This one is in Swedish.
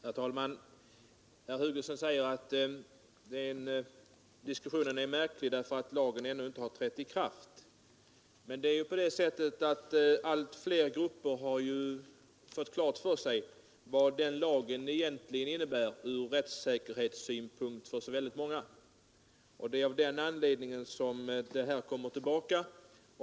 Herr talman! Herr Hugosson säger att diskussionen är märklig därför att lagen ännu inte trätt i kraft. Allt fler grupper har dock fått klart för sig vad lagen innebär ur rättssäkerhetssynpunkt för så många, och det är av den anledningen som ärendet kommer tillbaka.